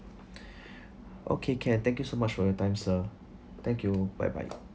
okay can thank you so much for your time sir thank you bye bye